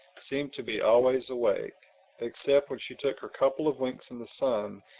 seemed to be always awake except when she took her couple of winks in the sun,